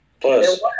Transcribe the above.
Plus